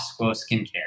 Skincare